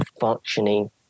functioning